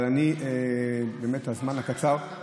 אבל באמת, הזמן הקצר,